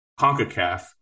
CONCACAF